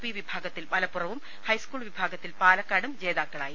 P വിഭാഗ ത്തിൽ മലപ്പുറവും ഹൈസ്കൂൾ വിഭാഗത്തിൽ പാല ക്കാടും ജേതാക്കളായി